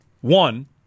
One